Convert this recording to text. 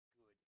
good